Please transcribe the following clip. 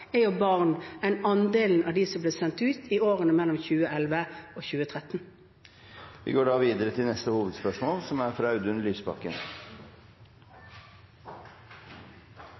er jo barn enn andelen som ble sendt ut i årene 2011–2013. Vi går videre til neste hovedspørsmål. «I årene som kommer vil regjeringen arbeide for å styrke det psykiske helsetilbudet. I dag er